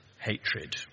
hatred